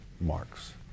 marks